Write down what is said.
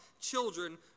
children